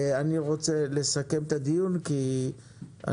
אני רוצה לסכם את הדיון כי אנחנו